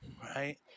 right